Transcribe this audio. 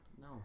No